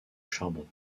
charbon